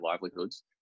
livelihoods